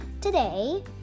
Today